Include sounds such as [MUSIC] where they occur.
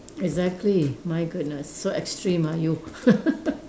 exactly my goodness so extreme ah you [LAUGHS]